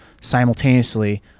simultaneously